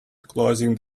closing